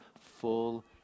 full